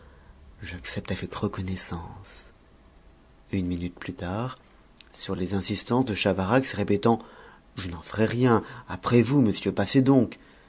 j'accepte avec reconnaissance une minute plus tard sur les insistances de chavarax répétant je n'en ferai rien après vous monsieur passez donc